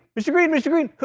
mr. green, mr. green!